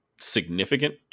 significant